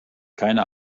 keine